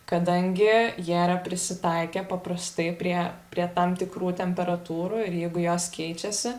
kadangi jie yra prisitaikę paprastai prie prie tam tikrų temperatūrų ir jeigu jos keičiasi